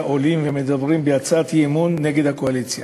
מדברים בהצעת אי-אמון נגד הקואליציה.